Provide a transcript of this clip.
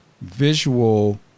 visual